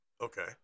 Okay